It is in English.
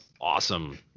awesome